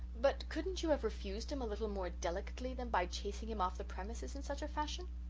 but couldn't you have refused him a little more delicately than by chasing him off the premises in such a fashion?